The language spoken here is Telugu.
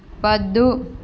వద్దు